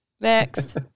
Next